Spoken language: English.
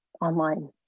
online